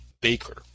baker